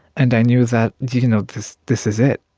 and i knew that, you you know, this this is it